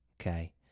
okay